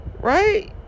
Right